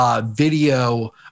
video